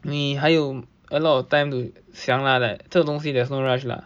你还有 a lot of time to 想啦 like 这种东西 there's no rush lah